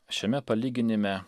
šiame palyginime